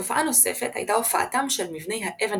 תופעה נוספת הייתה הופעתם של מבני האבן